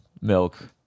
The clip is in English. milk